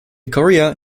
korea